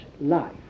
life